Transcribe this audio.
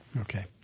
Okay